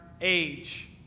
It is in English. age